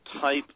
type